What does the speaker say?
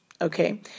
okay